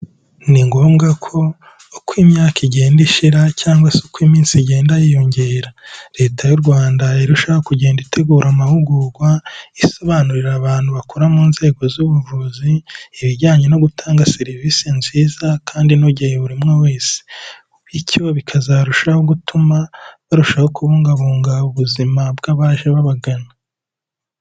Ni ngombwa ko uko imyaka igenda ishira cyangwa se uko iminsi igenda yiyongera, Leta y'u Rwanda irushaho kugenda itegura amahugurwa, isobanurira abantu bakora mu nzego z'ubuvuzi ibijyanye no gutanga serivisi nziza kandi inogeye buri umwe wese. Bityo bikazarushaho gutuma barushaho kubungabunga ubuzima bw'abaje babagana.